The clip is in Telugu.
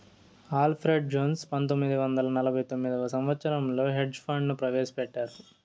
అల్ఫ్రెడ్ జోన్స్ పంతొమ్మిది వందల నలభై తొమ్మిదవ సంవచ్చరంలో హెడ్జ్ ఫండ్ ను ప్రవేశపెట్టారు